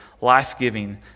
life-giving